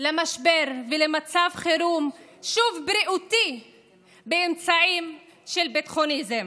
למשבר ולמצב חירום שהוא בריאותי באמצעים של ביטחוניזם.